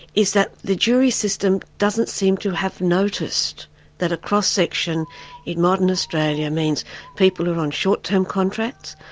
is that the jury system doesn't seem to have noticed that a cross-section in modern australia means people who are on short-term contracts,